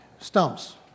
stumps